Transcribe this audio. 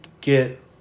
get